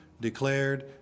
declared